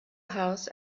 house